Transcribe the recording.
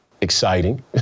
exciting